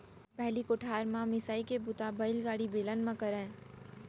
पहिली कोठार म मिंसाई के बूता बइलागाड़ी, बेलन म करयँ